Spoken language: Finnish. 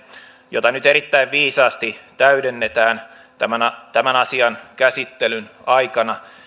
jota nyt erittäin viisaasti täydennetään tämän tämän asian käsittelyn aikana